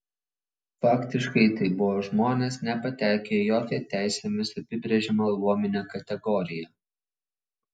faktiškai tai buvo žmonės nepatekę į jokią teisėmis apibrėžiamą luominę kategoriją